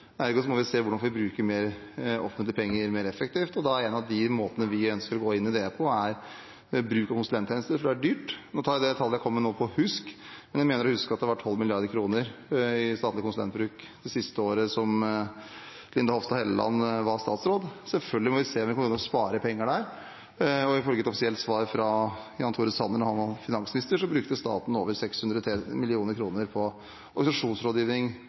må vi se hvordan vi kan bruke offentlige penger mer effektivt, og da er en av de måtene vi ønsker å gå inn i det på, å se på bruken av konsulenttjenester, for det er dyrt. Jeg mener å huske at det ble brukt 12 mrd. kr til konsulenter i staten det siste året som representanten Linda Hofstad Helleland var statsråd. Vi må selvfølgelig se om vi kan spare penger der. Ifølge et offisielt svar fra Jan Tore Sanner, da han var finansminister, brukte staten over 600 mill. kr på